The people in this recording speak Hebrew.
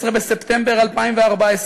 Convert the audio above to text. ב-16 בספטמבר 2014,